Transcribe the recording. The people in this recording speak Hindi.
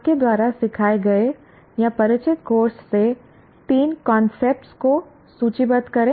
आपके द्वारा सिखाए गए या परिचित कोर्स से तीन कांसेप्ट को सूचीबद्ध करें